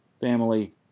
family